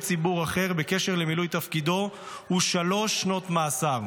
ציבור אחר בקשר למילוי תפקידו הוא שלוש שנות מאסר,